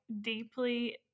deeply